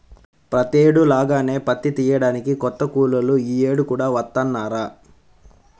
ప్రతేడు లాగానే పత్తి తియ్యడానికి కొత్త కూలోళ్ళు యీ యేడు కూడా వత్తన్నారా